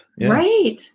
Right